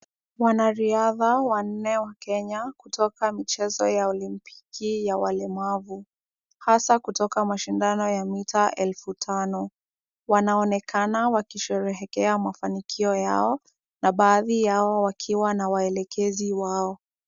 Wanariadha wanne wa Kenya kutoka michezo ya olimpiki ya walemavu, hasa kutoka mashindano ya mita elfu tano. Wanaonekana wakisherekea mafanikio yao na baadhi yao wakiwa na waelekezi wao.